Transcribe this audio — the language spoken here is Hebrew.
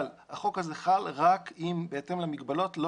אבל החוק הזה חל רק אם בהתאם למגבלות לא